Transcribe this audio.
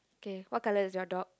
okay what color is your dog